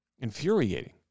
Infuriating